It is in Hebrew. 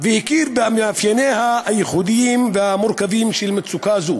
והכיר במאפייניה הייחודיים והמורכבים של מצוקה זו.